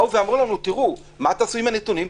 באו ואמרו לנו: מה תעשו עם הנתונים?